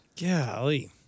Golly